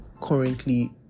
currently